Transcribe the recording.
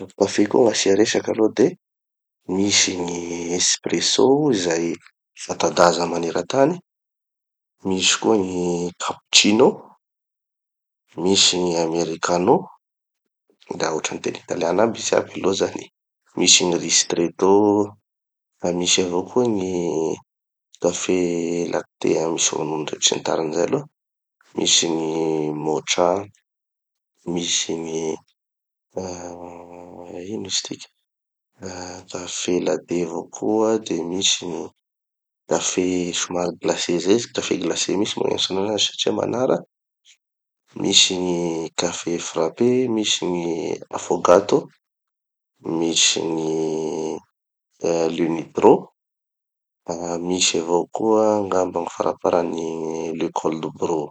Gny kafé koa gn'asia resaky aloha de misy gny espresso izay fata-daza maneran-tany, misy koa gny capuccino, misy gny americano, da hotrany teny italiana aby izy aby aloha zany, misy gny ristretto, da misy avao koa gny kafé lacté, ah misy ronono regny sy ny tariny zay aloha, misy gny mocha, misy gny ah iny izy tiky, kafé latte avao koa de misy gny kafé somary sary glacé zay izy, kafé glacé mihitsy moa gny antsoana anazy satria manara, misy gny kafé frappe, misy gny affocado, misy gny ah lumitro, ah misy avao koa angamba gny faraparany gny cold brew.